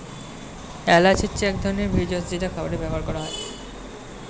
এলাচ হচ্ছে এক ধরনের ভেষজ যেটা খাবারে ব্যবহার করা হয়